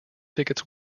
tickets